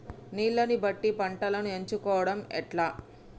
నీళ్లని బట్టి పంటను ఎంచుకోవడం ఎట్లా?